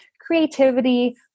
creativity